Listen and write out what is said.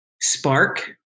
spark